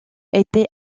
était